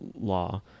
law